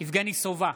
יבגני סובה,